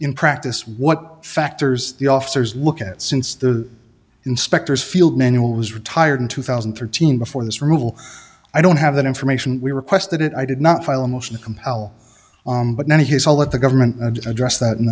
in practice what factors the officers look at since the inspectors field manual was retired in two thousand and thirteen before this rule i don't have that information we requested it i did not file a motion to compel on but now he's i'll let the government address that and